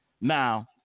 Now